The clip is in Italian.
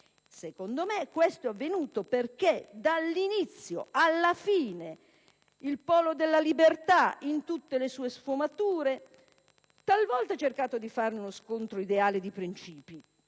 Secondo me, ciò è avvenuto perché, dall'inizio alla fine, il Popolo della Libertà, in tutte le sue sfumature, talvolta ha cercato di fare uno scontro ideale di princìpi